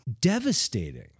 devastating